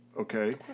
Okay